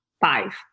five